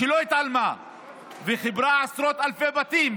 שלא התעלמה וחיברה עשרות אלפי בתים,